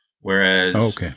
Whereas